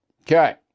okay